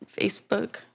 Facebook